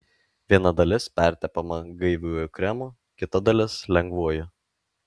viena dalis pertepama gaiviuoju kremu kita dalis lengvuoju